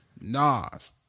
Nas